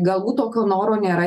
galbūt tokio noro nėra